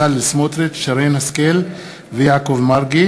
בצלאל סמוטריץ, שרן השכל ויעקב מרגי